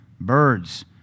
birds